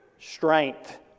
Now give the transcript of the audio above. strength